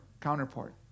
counterpart